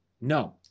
No